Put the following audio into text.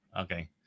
Okay